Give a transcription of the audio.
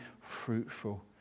fruitful